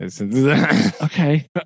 Okay